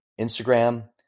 Instagram